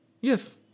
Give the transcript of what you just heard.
Yes